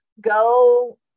Go